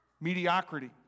Mediocrity